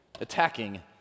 attacking